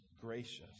gracious